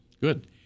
Good